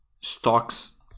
stocks